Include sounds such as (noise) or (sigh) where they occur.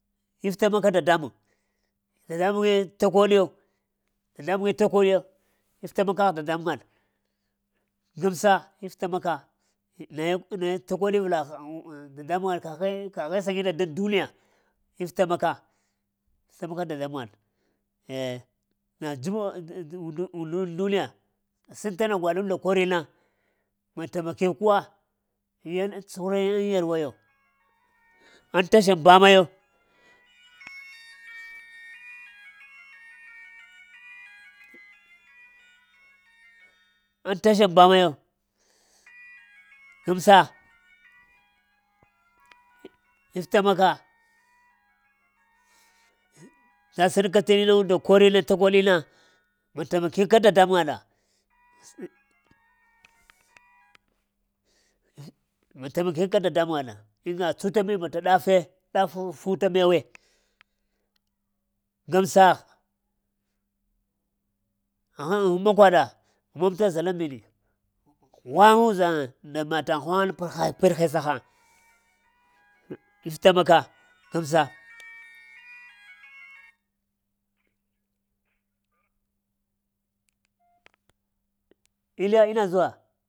If'tamaka dadambuŋ, dadambuŋge takoɗiyo, dadambuŋe takoɗiyo, if'tamakgh dadambuŋwaɗ, gamsa ifatamaka naye-naye takoɗi avlagh. Da- Dadambuŋwan ka- ka- kəghe səŋgita daŋ duniya, iftamaka, sənka dadambuyan (hesitation) undaŋ dun- dun- duniya sən təna gwaɗuŋ nda korina bata ma taimaki kawa, yana tsuhra aŋ yarwa-yo aŋ tashan bamayo, (noise) aŋ tashan bamayo (noise) gamsa iftamaka vita sənka mun nda korina takoɗina, itamaka dadambuŋwaɗa, (noise) vita taimaki ka dadamburwaɗa inna tsuta mi bata ɗage ɗafuŋ futa mewe, gamsa aghŋ m-makwaɗa mamta zəlaŋbini ghwaŋa uzaŋa tida mataŋ ghwaŋa paɗ hesa həna, if'tamaka gamsa (noise) inna ina zuwa.